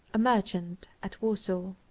a merchant at warsaw.